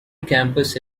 campus